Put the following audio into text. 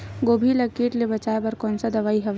गोभी ल कीट ले बचाय बर कोन सा दवाई हवे?